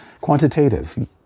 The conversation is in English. quantitative